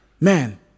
man